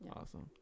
awesome